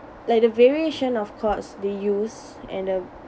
like the variation of chords they use and the